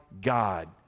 God